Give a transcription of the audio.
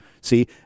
See